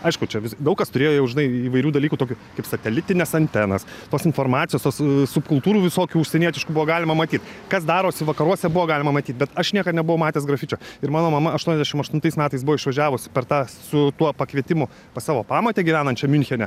aišku čia daug kas turėjo jau žinai įvairių dalykų tokių kaip satelitines antenas tos informacijos tos subkultūrų visokių užsienietiškų buvo galima matyt kas darosi vakaruose buvo galima matyt bet aš niekad nebuvau matęs grafičio ir mano mama aštuoniasdešim aštuntais metais buvo išvažiavus per tą su tuo pakvietimu pas savo pamotę gyvenančią miunchene